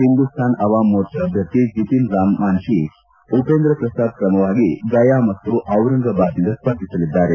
ಹಿಂದೂಸ್ತಾನ್ ಅವಾಮ್ ಮೋರ್ಚಾ ಅಭ್ಬರ್ಥಿ ಜಿತಿನ್ ರಾಮ್ಮಾಂಜಿ ಉಪೇಂದ್ರ ಶ್ರಸಾದ್ ಕ್ರಮವಾಗಿ ಗಯಾ ಮತ್ತು ಚಿರಂಗಬಾದ್ನಿಂದ ಸ್ಪರ್ಧಿಸಲಿದ್ದಾರೆ